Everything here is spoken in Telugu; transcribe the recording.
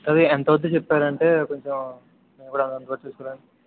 అది ఎంతో అవుద్ది చెప్పారు అంటే కొంచెం మేం కూడా చూసుకోవడానికి